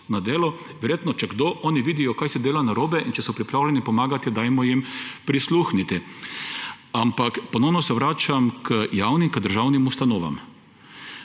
dela, verjetno, če kdo, oni vidijo, kaj se dela narobe; in če so pripravljeni pomagati, dajmo jim prisluhniti. Ampak ponovno se vračam k javnim, k državnim ustanovam.